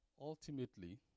ultimately